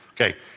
Okay